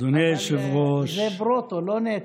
אדוני היושב-ראש, כנסת מאוד נכבדה,